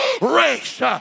race